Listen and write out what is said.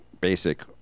basic